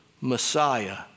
Messiah